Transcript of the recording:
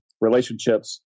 relationships